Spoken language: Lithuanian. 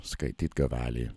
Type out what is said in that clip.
skaityt gavelį